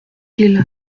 ils